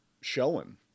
showing